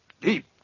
Deep